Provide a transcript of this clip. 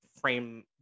frame